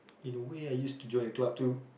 in a way I used to join a club too